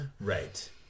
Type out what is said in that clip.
Right